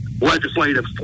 legislative